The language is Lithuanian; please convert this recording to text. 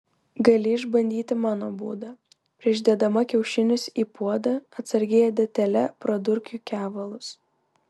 gali išbandyti mano būdą prieš dėdama kiaušinius į puodą atsargiai adatėle pradurk jų kevalus